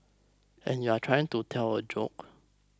and you're trying to tell a joke